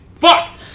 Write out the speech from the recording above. Fuck